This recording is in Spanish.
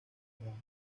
hermano